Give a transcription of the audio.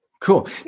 cool